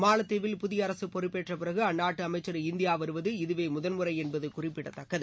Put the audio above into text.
மாலத்தீவில் புதிய அரசு பொறுப்பேற்றபிறகு அந்நாட்டு அமைச்சர் இந்தியா வருவது இதுவே முதன்முறை என்பது குறிப்பிடத்கக்கது